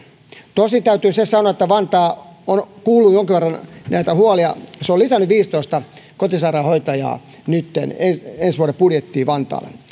tosin täytyy se sanoa että vantaa on kuullut jonkin verran näitä huolia se on lisännyt viisitoista kotisairaanhoitajaa nytten ensi vuoden budjettiin vantaalle